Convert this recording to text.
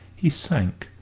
he sank,